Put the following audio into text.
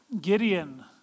Gideon